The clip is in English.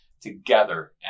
together